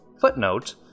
footnote